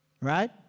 right